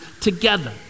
together